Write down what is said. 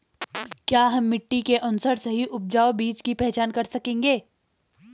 क्या हम मिट्टी के अनुसार सही उपजाऊ बीज की पहचान कर सकेंगे?